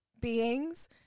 beings